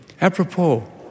Apropos